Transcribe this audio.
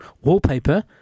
wallpaper